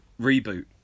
reboot